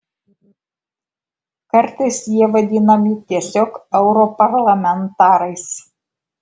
kartais jie vadinami tiesiog europarlamentarais